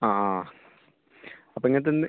ആ ആ അപ്പോൾ ഇങ്ങനെത്തന്നെ